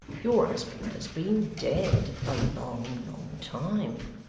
your husband has been dead a long, long time.